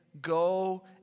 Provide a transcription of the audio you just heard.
Go